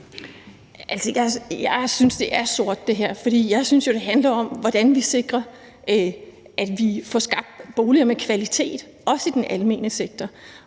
jeg synes, at det her er sort, for jeg synes jo, at det handler om, hvordan vi sikrer, at vi får skabt boliger med kvalitet, også i den almene sektor.